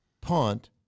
punt